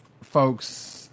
folks